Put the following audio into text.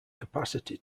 capacity